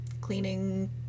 Cleaning